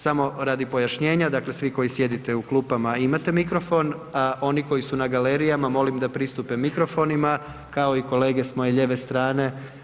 Samo radi pojašnjenja, dakle svi koji sjedite u klupama, imate mikrofon, a oni koji su na galerijama, molim da pristupe mikrofonima kao i kolege s moje lijeve strane.